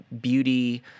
beauty